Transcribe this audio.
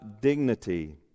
dignity